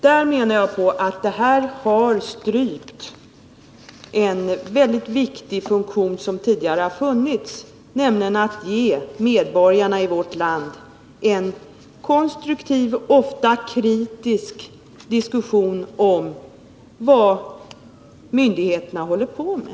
Jag menar att man har strypt en väldigt viktig funktion som tidigare funnits, nämligen att ge medborgarna i vårt land en konstruktiv och ofta kritisk diskussion om vad myndigheterna håller på med.